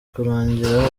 kurangira